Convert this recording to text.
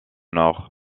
nord